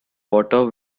water